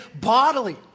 bodily